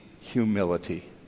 humility